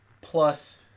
plus